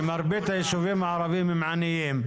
שמרבית הישובים הערבים הם עניים,